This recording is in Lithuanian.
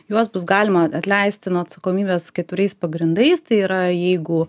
juos bus galima atleisti nuo atsakomybės keturiais pagrindais tai yra jeigu